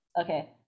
okay